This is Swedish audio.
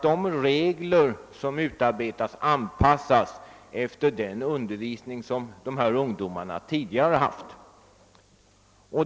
De regler som utarbetas bör anpassas efter den undervisning som dessa ungdomar tidigare fått.